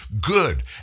Good